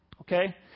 okay